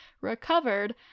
recovered